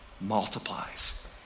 multiplies